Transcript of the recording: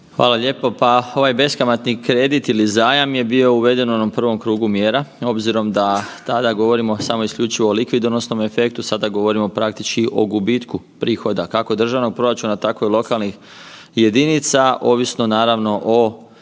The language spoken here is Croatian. Hvala lijepo. Pa ovaj beskamatni kredit ili zajam je bio uveden u onom prvom krugu mjera, obzirom da tada govorimo samo isključivo o likvidonosnom efektu, sada govorimo praktički o gubitku prihoda kako državnog proračuna tako i lokalnih jedinica, ovisno naravno o